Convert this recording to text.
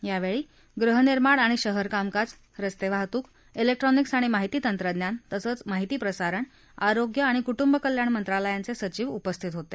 यावेळी गृहनिर्माण आणि शहर कामकाज रस्ते वाहतूक ाजेक्ट्रॉनिक्स आणि माहिती तंत्रज्ञान तसंच माहिती प्रसारण आरोग्य आणि कुटुंबकल्याण मंत्रालयांचे सचिव उपस्थित होते